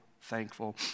thankful